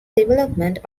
development